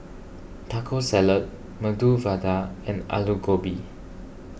Taco Salad Medu Vada and Alu Gobi